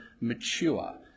mature